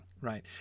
right